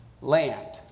land